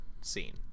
scene